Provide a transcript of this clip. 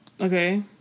Okay